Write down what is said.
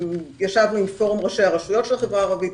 ישבנו עם פורום ראשי הרשויות של החברה הערבית.